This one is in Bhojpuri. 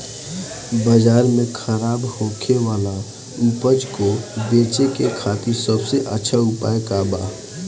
बाजार में खराब होखे वाला उपज को बेचे के खातिर सबसे अच्छा उपाय का बा?